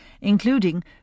including